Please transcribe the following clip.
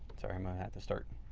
sorry, i might have to start